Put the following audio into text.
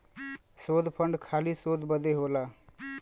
शोध फंड खाली शोध बदे होला